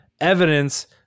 evidence